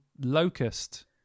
Locust